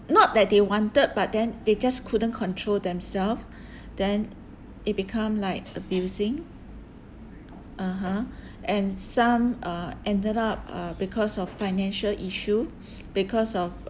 not that they wanted but then they just couldn't control themselves then it become like abusing (uh huh) and some uh ended up uh because of financial issue because of